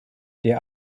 der